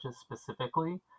specifically